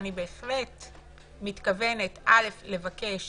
אני בהחלט מתכוונת, א', לבקש